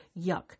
Yuck